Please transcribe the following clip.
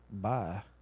Bye